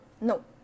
no